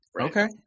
Okay